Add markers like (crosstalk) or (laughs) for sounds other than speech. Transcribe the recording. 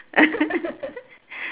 (laughs)